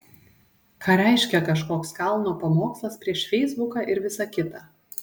ką reiškia kažkoks kalno pamokslas prieš feisbuką ir visa kita